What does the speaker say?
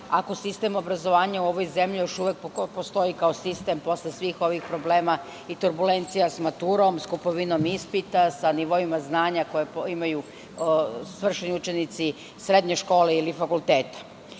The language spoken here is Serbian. ako sistem obrazovanja u ovoj zemlji još uvek postoji kao sistem posle svih ovih problema i turbulencija sa maturom, kupovinom ispita, sa nivoima znanja koje imaju svršeni učenici srednjih škola ili fakulteta. Meni